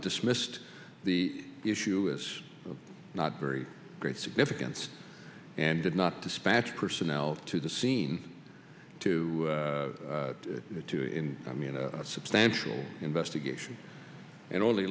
dismissed the issue is not very great significance and did not dispatch personnel to the scene to to in i mean a substantial investigation and only